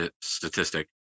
statistic